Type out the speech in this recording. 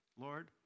Lord